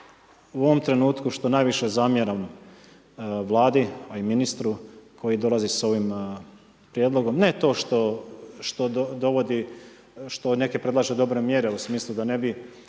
u ovom trenutku što najviše zamjeram Vladi a i ministru koji dolazi sa ovim prijedlogom, ne to što dovodi, što neke predlaže dobre mjere u smislu da novi